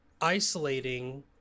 isolating